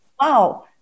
wow